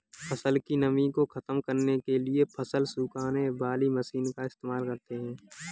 फसल की नमी को ख़त्म करने के लिए फसल सुखाने वाली मशीन का इस्तेमाल करते हैं